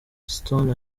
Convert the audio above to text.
stone